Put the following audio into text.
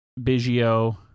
Biggio